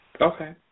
Okay